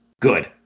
good